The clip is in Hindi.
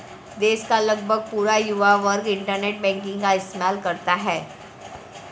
देश का लगभग पूरा युवा वर्ग इन्टरनेट बैंकिंग का इस्तेमाल करता है